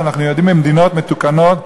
שאנחנו יודעים ממדינות מתוקנות,